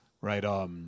Right